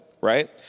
right